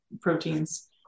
proteins